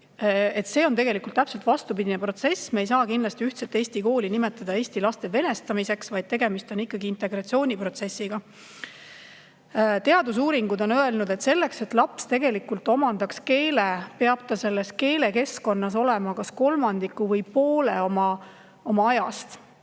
See on tegelikult täpselt vastupidine protsess. Me ei saa kindlasti ühtset Eesti kooli nimetada eesti laste venestamiseks, vaid tegemist on ikkagi integratsiooniprotsessiga. Teadusuuringud on öelnud, et selleks, et laps omandaks mingi keele, peab ta selles keelekeskkonnas olema vähemalt kas kolmandiku või poole oma ajast,